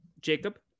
Jacob